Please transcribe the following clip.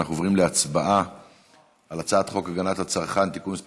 אנחנו עוברים להצבעה על הצעת חוק הגנת הצרכן (תיקון מס'